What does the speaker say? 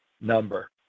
number